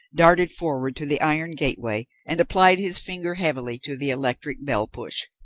darted forward to the iron gateway and applied his finger heavily to the electric bell-push.